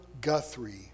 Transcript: Guthrie